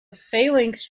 phalanx